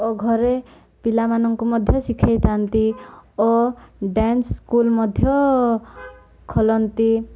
ଓ ଘରେ ପିଲାମାନଙ୍କୁ ମଧ୍ୟ ଶିଖେଇଥାନ୍ତି ଓ ଡ୍ୟାନ୍ସ ସ୍କୁଲ୍ ମଧ୍ୟ ଖୋଲନ୍ତି